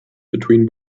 between